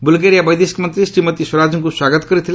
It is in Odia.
ବୁଲ୍ଗେରିଆ ବୈଦେଶିକ ମନ୍ତ୍ରୀ ଶ୍ରୀମତୀ ସ୍ୱରାଜଙ୍କୁ ସ୍ୱାଗତ କରିଥିଲେ